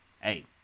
Hey